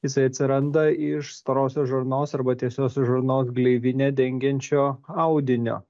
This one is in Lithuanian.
jisai atsiranda iš storosios žarnos arba tiesiosios žarnos gleivinę dengiančio audinio